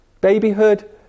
babyhood